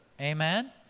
Amen